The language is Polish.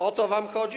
O to wam chodzi?